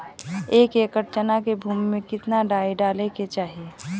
एक एकड़ चना के भूमि में कितना डाई डाले के चाही?